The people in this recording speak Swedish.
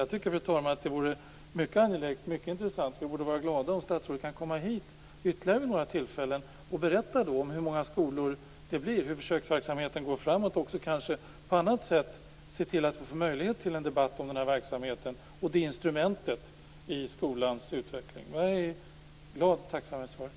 Jag tycker, fru talman, att det vore mycket angeläget och att vi borde vara glada om statsrådet kunde komma hit vid ytterligare några tillfällen och berätta hur många skolor det blir, hur försöksverksamheten går framåt och även på annat sätt kanske se till att vi får möjlighet till en debatt om den här verksamheten och det här instrumentet i skolans utveckling. Jag är glad och tacksam för svaret.